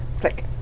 Click